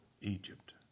Egypt